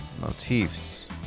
motifs